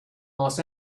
los